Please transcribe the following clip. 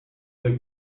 their